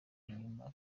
inyuma